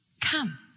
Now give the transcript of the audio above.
Come